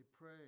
pray